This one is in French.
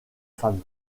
femmes